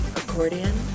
accordion